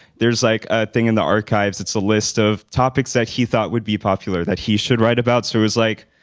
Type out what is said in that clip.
there's like a thing in the archives, it's a list of topics that he thought would be popular that he should write about so was like,